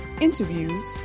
interviews